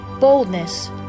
boldness